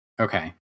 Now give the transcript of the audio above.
Okay